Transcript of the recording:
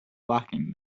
locking